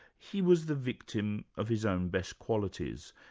he was the victim of his own best qualities.